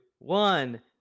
One